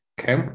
Okay